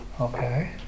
okay